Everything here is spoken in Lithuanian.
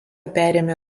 perėmė